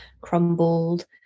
crumbled